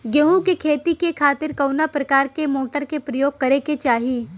गेहूँ के खेती के खातिर कवना प्रकार के मोटर के प्रयोग करे के चाही?